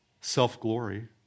self-glory